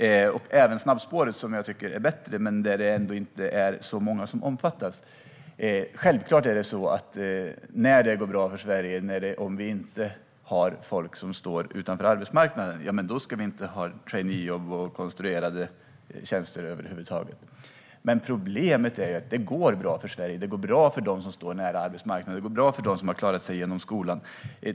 Snabbspåret tycker jag är bättre, men där är det inte så många som omfattas. När det går bra för Sverige och vi inte har folk som står utanför arbetsmarknaden ska vi självklart inte ha traineejobb och konstruerade tjänster över huvud taget. Och visst, det går bra för Sverige. Det går bra för dem som står nära arbetsmarknaden. Det går bra för dem som har klarat sig igenom skolan.